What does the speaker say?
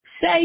Say